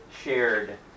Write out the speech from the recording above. shared